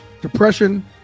Depression